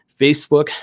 Facebook